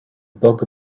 bug